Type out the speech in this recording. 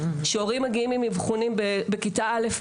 שהורים מגיעים עם אבחונים בכיתה א',